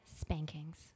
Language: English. spankings